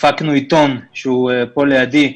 הפקנו עיתון שהוא פה לידי,